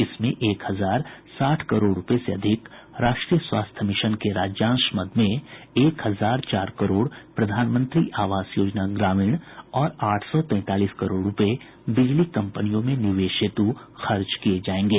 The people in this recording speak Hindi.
इसमें एक हजार साठ करोड़ रुपये से अधिक राष्ट्रीय स्वास्थ्य मिशन के राज्यांश मद में एक हजार चार करोड़ प्रधानमंत्री आवास योजना ग्रामीण और आठ सौ तैंतालीस करोड़ रुपये बिजली कंपनियों में निवेश हेतु खर्च किये जायेंगे